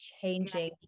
changing